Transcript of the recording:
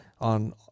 on